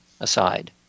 aside